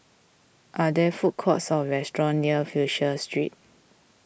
are there food courts or restaurants near Fisher Street